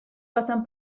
passen